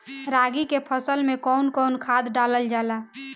रागी के फसल मे कउन कउन खाद डालल जाला?